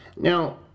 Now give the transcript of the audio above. Now